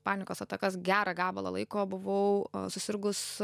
panikos atakas gerą gabalą laiko buvau a susirgus